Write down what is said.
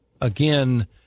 again